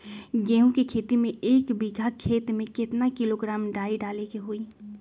गेहूं के खेती में एक बीघा खेत में केतना किलोग्राम डाई डाले के होई?